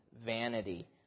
vanity